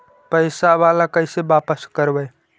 पैसा बाला कैसे बापस करबय?